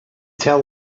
tell